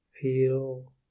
Feel